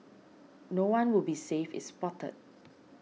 no one will be safe is spotted